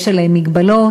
יש עליהן מגבלות,